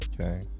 Okay